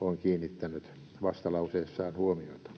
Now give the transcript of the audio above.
on kiinnittänyt vastalauseessaan huomiota.